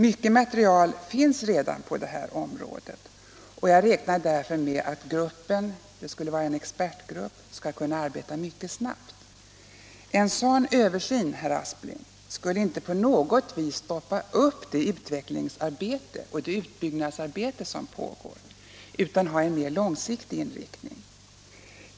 Mycket material finns redan på detta område och jag räknar därför med att gruppen — en expertgrupp — skall kunna arbeta snabbt. En sådan översyn, herr Aspling, skulle ingalunda stoppa upp det utvecklings och utbyggnadsarbete som pågår, utan ha en mer långsiktig inriktning.